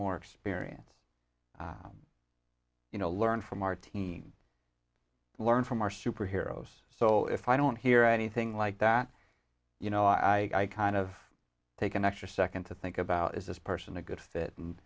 more experience you know learn from our team learn from our superheroes so if i don't hear anything like that you know i kind of take an extra second to think about is this person a good fit and